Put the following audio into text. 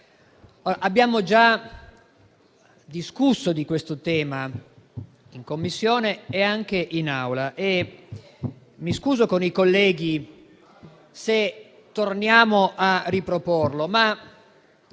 Abbiamo già discusso di questo tema in Commissione e in Assemblea e mi scuso con i colleghi se torno a riproporlo, ma